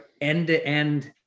end-to-end